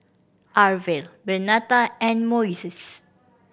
Arvel Bernetta and Moises